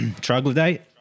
troglodyte